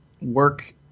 work